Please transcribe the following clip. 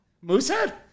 Moosehead